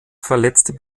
verletzt